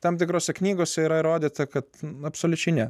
tam tikrose knygose yra įrodyta kad absoliučiai ne